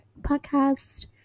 podcast